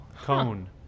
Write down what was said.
cone